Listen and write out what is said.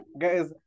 guys